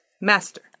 master